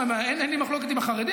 מה, אין לי מחלוקת עם החרדים?